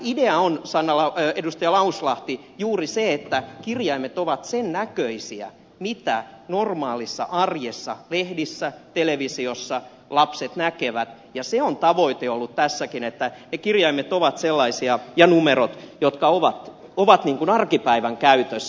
idea on edustaja lauslahti juuri se että kirjaimet ovat sen näköisiä mitä normaalissa arjessa lehdissä televisiossa lapset näkevät ja se on tavoite ollut tässäkin että ne kirjaimet ja numerot ovat sellaisia jotka ovat arkipäivän käytössä